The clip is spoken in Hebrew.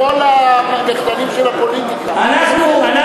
המדינה כולה אשמה בכל המחדלים של הפוליטיקה, בסדר.